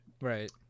right